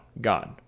God